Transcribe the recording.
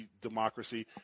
Democracy